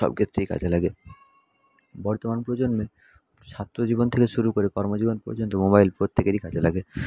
সব ক্ষেত্রেই কাজে লাগে বর্তমান প্রজন্মের ছাত্রজীবন থেকে শুরু করে কর্মজীবন পর্যন্ত মোবাইল প্রত্যেকেরই কাজে লাগে